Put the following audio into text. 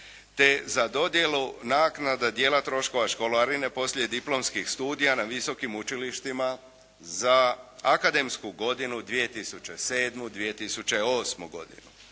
te za dodjelu naknade dijela troškova školarine poslijediplomskih studija na visokim učilištima za akademsku godinu 2007./2008. godinu.